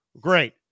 great